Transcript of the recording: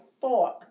fork